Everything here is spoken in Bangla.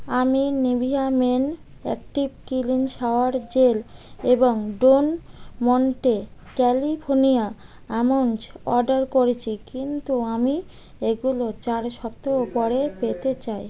আমি Nivea men active clean shower gel এবং Don Monte California almond order করেছি কিন্তু আমি এগুলো চার সপ্তাহ পরে পেতে চাই